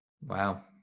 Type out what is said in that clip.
Wow